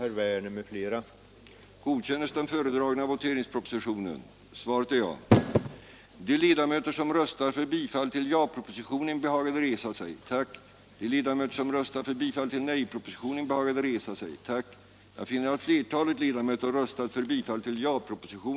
den det ej vill röstar nej.